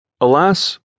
Alas